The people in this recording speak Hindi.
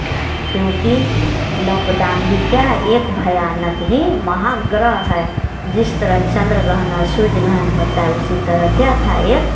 क्योंकि लॉक डाउन भी क्या है एक भयानक ही महाग्रह है जिस तरह चंद्रग्रहण और सुर्ज ग्रहण होता है उसी तरह क्या था एक